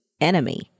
enemy